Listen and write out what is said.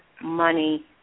Money